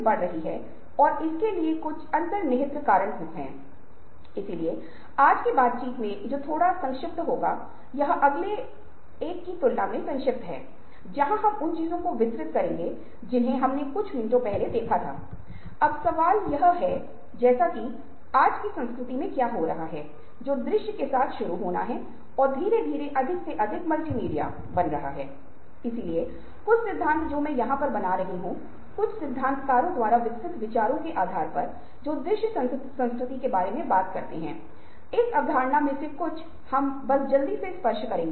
कई अध्ययनों ने स्थापित किया है कि अधिक कुशल व्यक्ति गहन सोच का उपयोग करने में सक्षम है और अधिक से अधिक जटिल घटनाओं को समझने की क्षमता है जो महत्वपूर्ण निर्णय लें जटिल समस्याओं को हल करें और कठिन मुद्दों को हल करें